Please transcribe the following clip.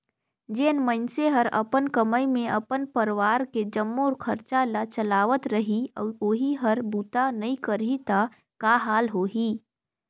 जेन मइनसे हर अपन कमई मे अपन परवार के जम्मो खरचा ल चलावत रही अउ ओही हर बूता नइ करही त का हाल होही